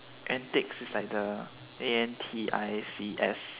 antics is like the A N T I C S